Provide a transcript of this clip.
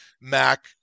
Mac